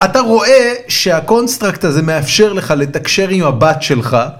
אתה רואה שהקונסטרקט הזה מאפשר לך לתקשר עם הבת שלך